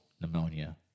Pneumonia